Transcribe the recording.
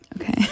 okay